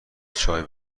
چای